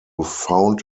found